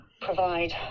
provide